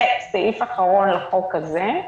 וסעיף אחרון לחוק הזה,